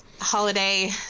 holiday